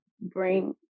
bring